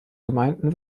gemeinden